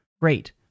Great